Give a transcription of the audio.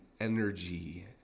energy